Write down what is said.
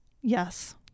Yes